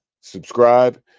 subscribe